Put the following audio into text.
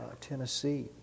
Tennessee